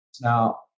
Now